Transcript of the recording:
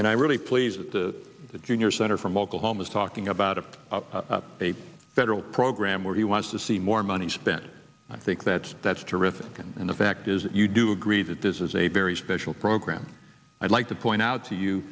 and i'm really pleased that the the junior senator from oklahoma is talking about of a federal program where he wants to see more money spent i think that that's terrific and the fact is you do agree that this is a very special program i'd like to point out to you